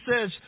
says